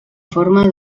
forma